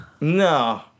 No